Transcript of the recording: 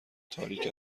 تاریک